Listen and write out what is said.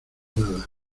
nada